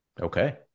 Okay